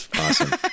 Awesome